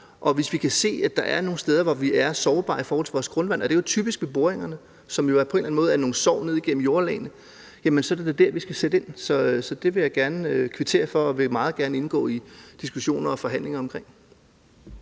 Og hvis vi kan se, at der er nogle steder, hvor vi er sårbare i forhold til vores grundvand – og det er jo typisk ved boringerne, som jo på en eller anden måde er nogle sår ned igennem jordlagene – jamen så er det da der, vi skal sætte ind. Så det vil jeg gerne kvittere for og meget gerne indgå i diskussioner og forhandlinger om.